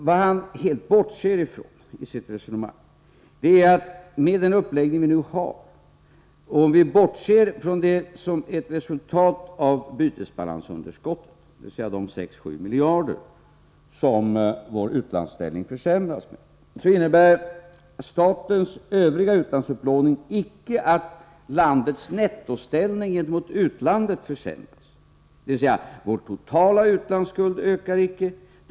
Vad han helt undviker i sitt resonemang är att med den uppläggning som vi nu har — om vi bortser från det som är ett resultat av bytesbalansunderskottet, dvs. de 6-7 miljarder som vår utlandsställning försämras med — innebär statens övriga utlandsupplåning icke att landets nettoställning gentemot utlandet försämras. Vår totala utlandsskuld ökar således icke.